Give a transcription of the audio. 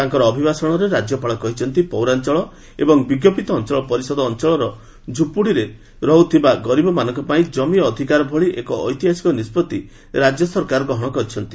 ତାଙ୍କର ଅଭିଭାଷଣରେ ରାଜ୍ୟପାଳ କହିଛନ୍ତି ପୌରାଞ୍ଚଳ ଏବଂ ବିଞ୍ଜପିତ ଅଞ୍ଚଳ ପରିଷଦ ଅଞ୍ଚଳର ଝୁମ୍ପୁଡ଼ିରେ ରହୁଥିବା ଗରିବଙ୍କ ପାଇଁ କମି ଅଧିକାର ପ୍ରଦାନ ଭଳି ଏକ ଐତିହାସିକ ନିଷ୍ପଭି ରାଜ୍ୟ ସରକାର ଗ୍ରହଣ କରିଛନ୍ତି